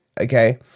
okay